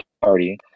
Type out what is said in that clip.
party